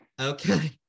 okay